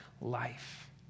life